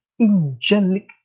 angelic